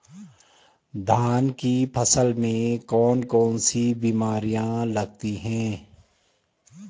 धान की फसल में कौन कौन सी बीमारियां लगती हैं?